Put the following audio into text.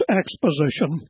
exposition